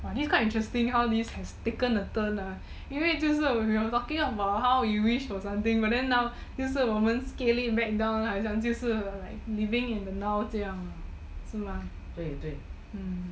!wah! this quite interesting how this has taken a turn 因为就是 we were talking about how we wish for something but now we scale it back down to living it the now 这样